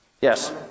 Yes